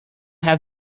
have